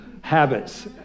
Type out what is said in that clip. habits